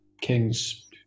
king's